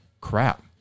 crap